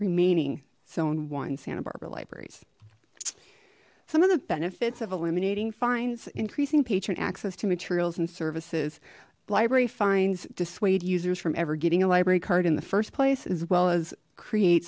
remaining zone one santa barbara libraries some of the benefits of eliminating fines increasing patron access to materials and services library fines dissuade users from ever getting a library card in the first place as well as create